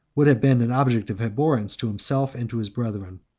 would have been an object of abhorrence to himself and to his brethren.